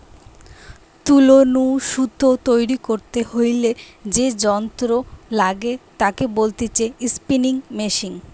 তুলো নু সুতো তৈরী করতে হইলে যে যন্ত্র লাগে তাকে বলতিছে স্পিনিং মেশিন